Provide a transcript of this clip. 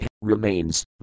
remains